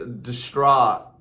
distraught